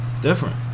Different